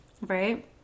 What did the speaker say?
right